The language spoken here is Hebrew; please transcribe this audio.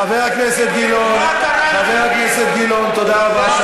חבר הכנסת גילאון, תודה רבה.